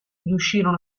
riuscirono